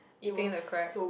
eating the crab